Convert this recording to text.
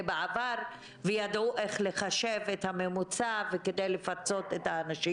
בעבר וידעו איך לחשב את הממוצע כדי לפצות את האנשים.